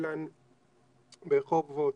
קפלן ברחובות,